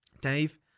Dave